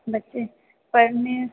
बच्चे पढ़ने